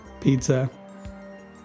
pizza